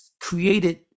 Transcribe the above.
created